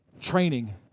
Training